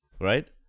right